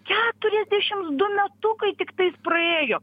keturiasdešims du metukai tiktais praėjo